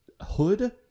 hood